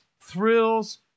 thrills